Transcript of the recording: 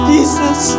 Jesus